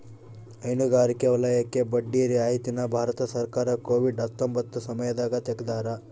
ಹೈನುಗಾರಿಕೆ ವಲಯಕ್ಕೆ ಬಡ್ಡಿ ರಿಯಾಯಿತಿ ನ ಭಾರತ ಸರ್ಕಾರ ಕೋವಿಡ್ ಹತ್ತೊಂಬತ್ತ ಸಮಯದಾಗ ತೆಗ್ದಾರ